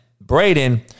Braden